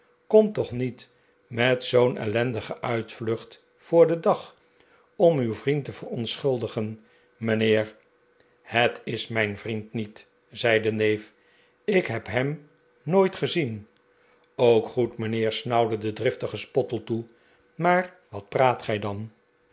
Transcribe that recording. kom toch niet met zoo'n ellendige uitvlucht voor den dag om uw vriend te veronts'chuldigen mijnheef hij is mijn vriend niet zei de neef ik heb hem nooit gezien ook goed mijnheer snauwde de driftige spottletoe maar wat praat gij dan